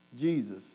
Jesus